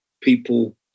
people